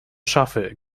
szafy